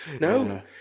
No